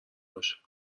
باشه